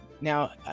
Now